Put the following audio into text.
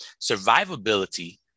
Survivability